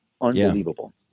Unbelievable